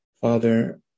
Father